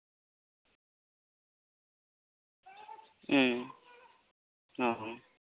ᱦᱩᱸ ᱚ